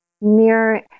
mirror